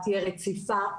תהיה רציפה,